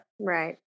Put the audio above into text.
Right